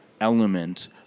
element